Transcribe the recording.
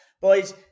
Boys